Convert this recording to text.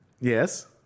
Yes